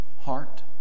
heart